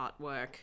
artwork